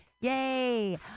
yay